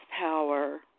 power